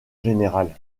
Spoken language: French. général